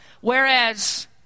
whereas